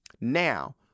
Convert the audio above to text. Now